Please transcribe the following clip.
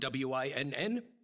winn